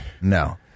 No